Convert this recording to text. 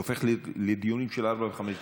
זה הופך לדיונים של ארבע וחמש דקות.